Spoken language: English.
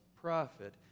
prophet